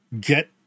get